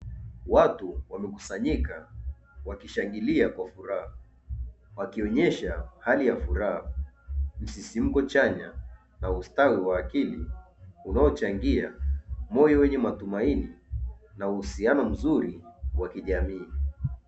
Watu wamekusanyika wakishangilia kwa furaha wakionyesha hali ya furaha, msisimko chanya na ustawi wa akili unao changia moyo wenye matunaini na uhusiano mzuri wa kijamii.